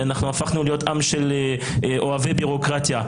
הפכנו להיות עם של אוהבי ביורוקרטיה.